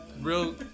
Real